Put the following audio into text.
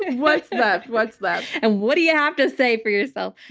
what's left? what's left? and what do you have to say for yourself?